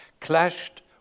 clashed